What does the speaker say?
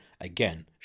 again